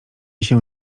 się